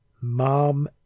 mom